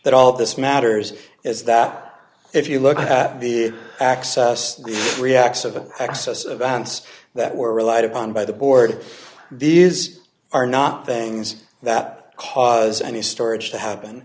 that all this matters is that if you look at the access reacts of an excess of bands that were relied upon by the board these are not things that cause any storage to happen